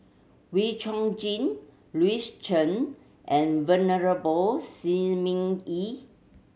Wee Chong Jin Louis Chen and Venerable Shi Ming Yi